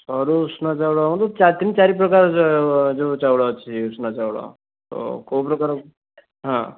ସରୁ ଉଷୁନା ଚାଉଳ ଚାରି ତିନି ଚାରି ପ୍ରକାର ଯେଉଁ ଚାଉଳ ଅଛି ଉଷୁନା ଚାଉଳ ତ ଯେଉଁ ପ୍ରକାର ହଁ